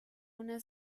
una